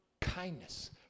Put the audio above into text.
kindness